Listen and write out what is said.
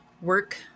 work